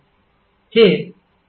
हे 230 देखील असू शकते